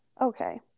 Okay